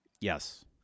Yes